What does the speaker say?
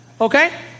Okay